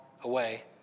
away